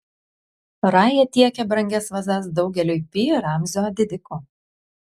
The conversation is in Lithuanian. raja tiekė brangias vazas daugeliui pi ramzio didikų